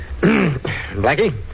Blackie